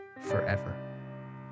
forever